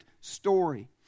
story